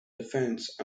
defense